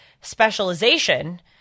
specialization